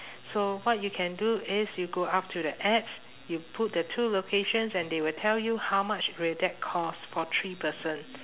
so what you can do is you go up to the apps you put the two locations and they will tell you how much will that cost for three person